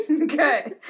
Okay